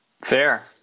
fair